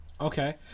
Okay